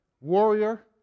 warrior